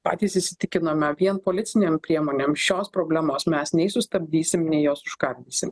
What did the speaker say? patys įsitikinome vien policinėm priemonėm šios problemos mes nei sustabdysim nei jos užkardysim